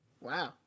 Wow